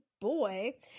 Boy